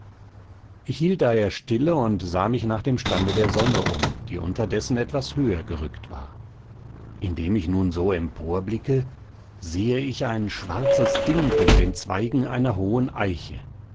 hielt daher stille und sah mich nach dem stande der sonne um die unterdessen etwas höher gerückt war indem ich nun so emporblicke sehe ich ein schwarzes ding in den zweigen einer hohen eiche